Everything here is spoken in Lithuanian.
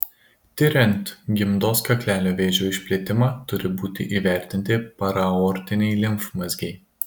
tiriant gimdos kaklelio vėžio išplitimą turi būti įvertinti paraaortiniai limfmazgiai